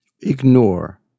ignore